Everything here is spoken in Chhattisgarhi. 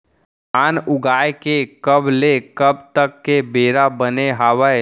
धान उगाए के कब ले कब तक के बेरा बने हावय?